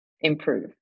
improve